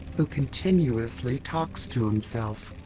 who continuously talks to himself.